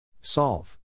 Solve